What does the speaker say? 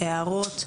הערות,